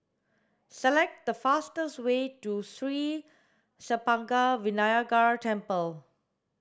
select the fastest way to Sri Senpaga Vinayagar Temple